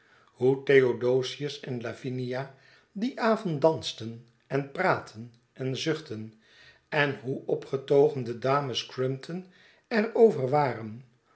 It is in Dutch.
theodosius en lavinia dien avond dansten en praatten en zuchtten en hoe opgetogen de dames crumpton er over waren